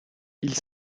ils